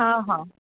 હં હં